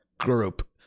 Group